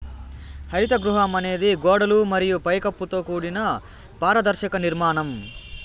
హరిత గృహం అనేది గోడలు మరియు పై కప్పుతో కూడిన పారదర్శక నిర్మాణం